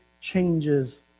changes